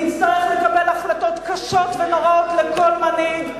נצטרך לקבל החלטות קשות ונוראות לכל מנהיג,